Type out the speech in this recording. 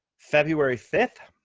february fifth,